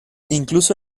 incluso